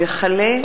הצעת